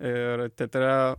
ir teatre